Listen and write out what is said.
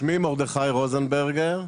שמי מרדכי רוזנברגר.